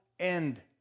End